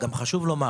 חשוב לומר